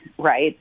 Right